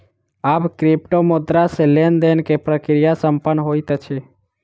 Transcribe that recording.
आब क्रिप्टोमुद्रा सॅ लेन देन के प्रक्रिया संपन्न होइत अछि